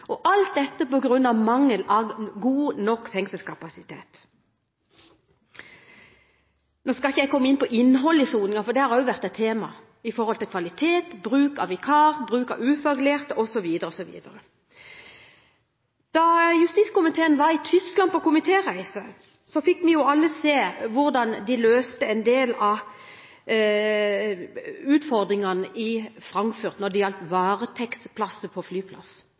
soning. Alt dette er på grunn av mangel på god nok fengselskapasitet. Jeg skal ikke komme inn på innholdet i soningen, selv om det også har vært et tema med hensyn til kvalitet, bruk av vikarer, bruk av ufaglærte osv. Da justiskomiteen var i Tyskland på komitéreise, fikk vi alle se hvordan de løste en del av utfordringene i Frankfurt når det gjaldt varetektsplass på